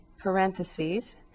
parentheses